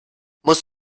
musst